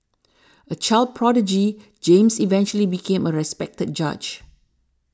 a child prodigy James eventually became a respected judge